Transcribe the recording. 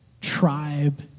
tribe